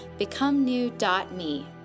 becomenew.me